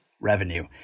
revenue